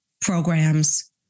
programs